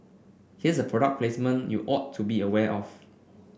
here's a product placement you ought to be aware of